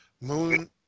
Moon